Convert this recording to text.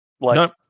Nope